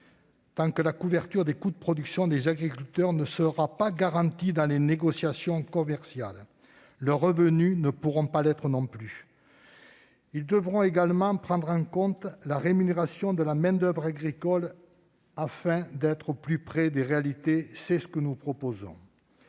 Tant que la couverture des coûts de production des agriculteurs ne sera pas garantie dans les négociations commerciales, leurs revenus non plus ne pourront être garantis. Ces négociations devront également prendre en compte la rémunération de la main-d'oeuvre agricole afin d'être au plus près des réalités. C'est ce que nous proposons.